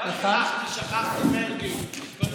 סליחה ששכחתי, מרגי.